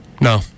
No